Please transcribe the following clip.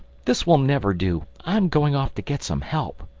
this will never do. i'm going off to get some help.